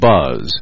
Buzz